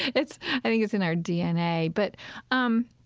it's i think it's in our dna. but um